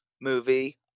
movie